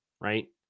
right